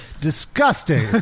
disgusting